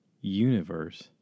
universe